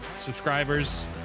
subscribers